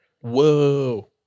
Whoa